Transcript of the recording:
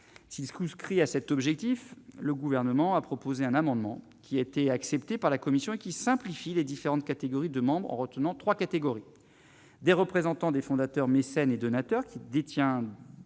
les secousses crie à cet objectif, le gouvernement a proposé un amendement qui a été accepté par la commission et qui simplifie les différentes catégories de membres en retenant 3 catégories, des représentants des fondateurs mécènes et donateurs qui détient